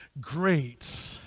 great